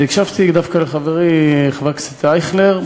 והקשבתי דווקא לחברי חבר הכנסת אייכלר,